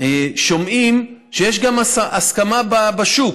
שומעים שיש גם הסכמה בשוק.